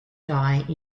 die